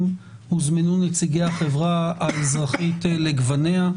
הוזמנו נציגי החברה האזרחית לגווניה.